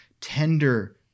tender